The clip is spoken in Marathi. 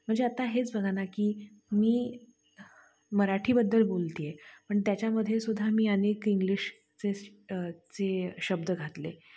म्हणजे आता हेच बघा ना की मी मराठीबद्दल बोलतीये पण त्याच्यामधेसुद्धा मी अनेक इंग्लिशचे चे शब्द घातले